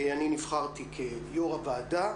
נבחרתי כיו"ר הוועדה,